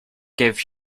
gives